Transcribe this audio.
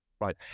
right